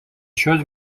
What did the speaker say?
šios